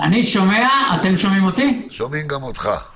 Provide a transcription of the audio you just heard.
אני אחראי על נושא המלוניות מטעם משרד הביטחון ממרס,